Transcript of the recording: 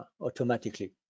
automatically